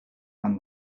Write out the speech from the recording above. and